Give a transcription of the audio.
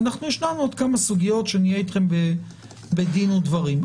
יש לנו עוד כמה סוגיות שנהיה אתכם בדין ודברים.